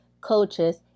coaches